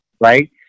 right